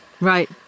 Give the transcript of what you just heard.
Right